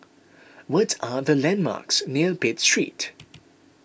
what are the landmarks near Pitt Street